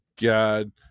God